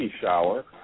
Shower